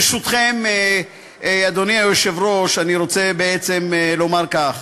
ברשותכם, אדוני היושב-ראש, אני רוצה בעצם לומר כך: